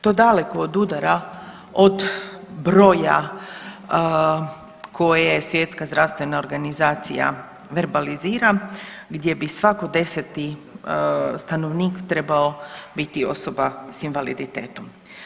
To daleko odudara od broja koje Svjetska zdravstvena organizacija verbalizira gdje bi svaki deseti stanovnik trebao biti osoba sa invaliditetom.